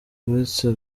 uretse